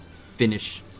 finish